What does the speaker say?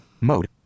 Mode